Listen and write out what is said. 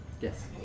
Yes